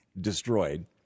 destroyed